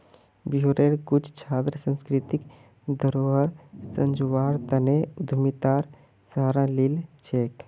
बिहारेर कुछु छात्र सांस्कृतिक धरोहर संजव्वार तने उद्यमितार सहारा लिल छेक